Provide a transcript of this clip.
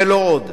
ולא עוד.